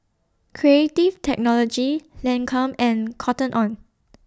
Creative Technology Lancome and Cotton on